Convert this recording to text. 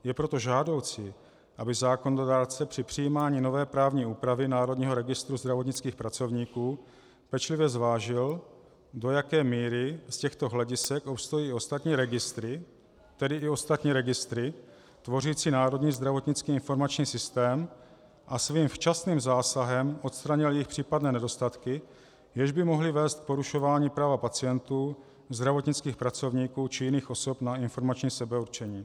Je proto žádoucí, aby zákon při přijímání nové právní úpravy Národního registru zdravotnických pracovníků pečlivě zvážil, do jaké míry z těchto hledisek obstojí ostatní registry, tedy i ostatní registry tvořící Národní zdravotnický informační systém, a svým včasným zásahem odstranil jejich případné nedostatky, jež by mohly vést k porušování práva pacientů, zdravotnických pracovníků či jiných osob na informační sebeurčení.